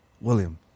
William